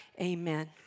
Amen